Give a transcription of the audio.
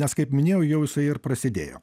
nes kaip minėjau jau jisai ir prasidėjo